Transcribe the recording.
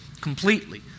completely